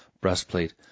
breastplate